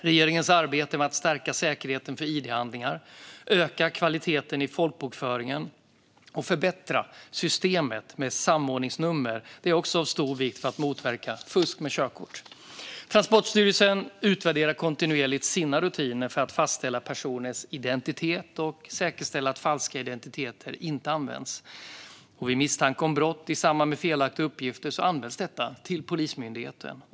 Regeringens arbete med att stärka säkerheten för id-handlingar, öka kvaliteten i folkbokföringen och förbättra systemet med samordningsnummer är också av stor vikt för att motverka fusk med körkort. Transportstyrelsen utvärderar kontinuerligt sina rutiner för att fastställa personers identitet och säkerställa att falska identiteter inte används. Vid misstanke om brott i samband med felaktiga uppgifter anmäls detta till Polismyndigheten.